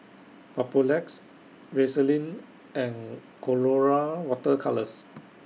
Papulex Vaselin and Colora Water Colours